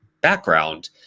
background